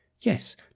Yes